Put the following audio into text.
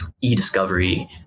e-discovery